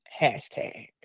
hashtag